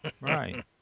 Right